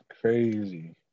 crazy